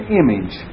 image